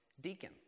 deacon